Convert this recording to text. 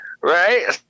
Right